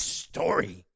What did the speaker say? story